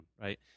right